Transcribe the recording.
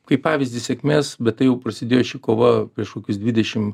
kaip pavyzdį sėkmės bet tai jau prasidėjo ši kova prieš kokius dvidešim